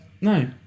No